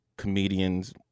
comedians